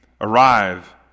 arrive